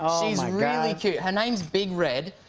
she's really cute. her name's big red,